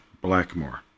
BLACKMORE